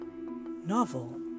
novel